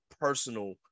personal